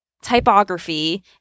typography